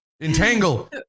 Entangle